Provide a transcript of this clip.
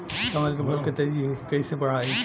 कमल के फूल के तेजी से कइसे बढ़ाई?